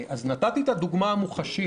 אז נתתי את הדוגמה המוחשית,